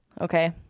okay